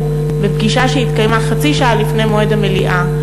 בפגישה שהתקיימה חצי שעה לפני מועד המליאה,